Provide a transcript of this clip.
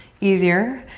easier,